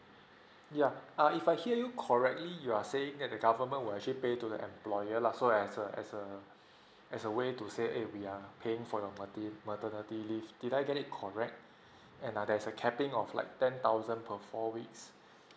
yeah err if I hear you correctly you are saying that the government will actually pay to the employer lah so as a as a as a way to say eh we are paying for your materni~ maternity leave did I get it correct and err there's a capping of like ten thousand per four weeks